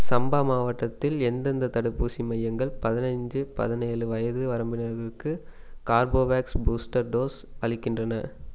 சம்பா மாவட்டத்தில் எந்தெந்த தடுப்பூசி மையங்கள் பதினஞ்சு பதினேலு வயது வரம்பினர்களுக்கு ஹார்போவேக்ஸ் பூஸ்டர் டோஸ் அளிக்கின்றன